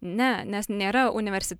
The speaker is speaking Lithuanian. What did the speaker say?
ne nes nėra universi